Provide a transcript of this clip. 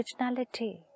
originality